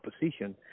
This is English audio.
position